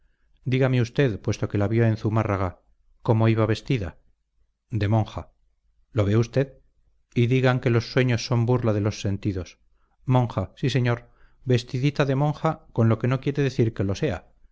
dígame usted puesto que la vio en zumárraga cómo iba vestida de monja lo ve usted y digan que los sueños son burla de los sentidos monja sí señor vestidita de monja lo que no quiere decir que lo sea